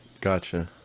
Gotcha